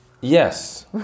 Yes